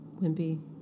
wimpy